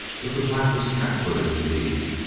but the black was cat-footed indeed,